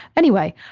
anyway.